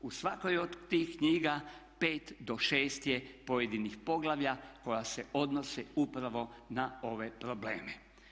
U svakoj od tih knjiga 5 do 6 je pojedinih poglavlja koja se odnose upravo na ove probleme.